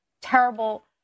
terrible